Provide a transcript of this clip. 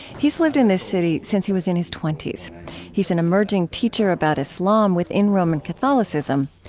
he has lived in this city since he was in his twenty s. he is an emerging teacher about islam within roman catholicism.